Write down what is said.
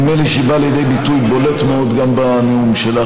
נדמה לי שהיא באה לידי ביטוי בולט מאוד גם בנאום שלך,